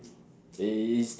it's